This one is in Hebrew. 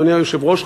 אדוני היושב-ראש,